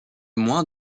moins